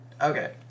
Okay